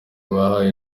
bahaye